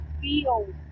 feel